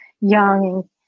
young